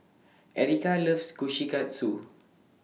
Ericka loves Kushikatsu